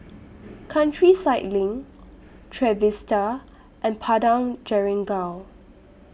Countryside LINK Trevista and Padang Jeringau